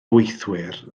gweithwyr